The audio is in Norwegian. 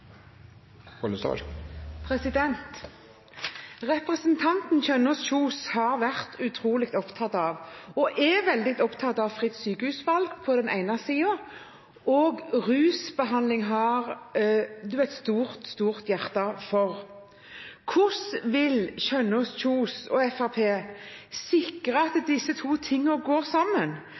alle. Representanten Kjønaas Kjos har vært – og er – veldig opptatt av fritt sykehusvalg, og rusbehandling har hun også et stort, stort hjerte for. Hvordan vil Kjønaas Kjos og Fremskrittspartiet sikre at disse to tingene går